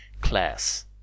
class